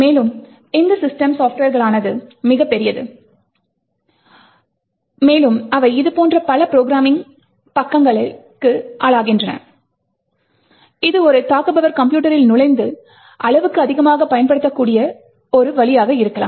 மேலும் இந்த சிஸ்டம் சாப்ட்வேர்களானது மிகப் பெரியது மேலும் அவை இதுபோன்ற பல ப்ரோக்ராமிங் பக்களுக்கு ஆளாகின்றன இது ஒரு தாக்குபவர் கம்ப்யூட்டரில் நுழைந்து அளவுக்கு அதிகமாக பயன்படுத்தக்கூடிய ஒரு வழியாக இருக்கலாம்